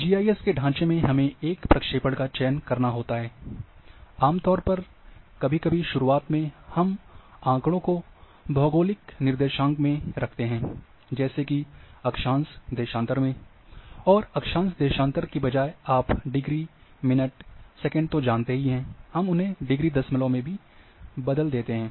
GIS के ढाँचे में हमें एक प्रक्षेपण का चयन करना होता है आम तौर पर कभी कभी शुरूआत में हम आँकड़ों को भौगोलिक निर्देशांक में रखते हैं जैसे कि अक्षांश देशांतर में और अक्षांश देशांतर के बजाय आप डिग्री मिनट सेकंड जानते हैं हम उन्हें डिग्री दसमलव में बदल देते हैं